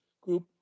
group